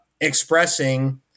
expressing –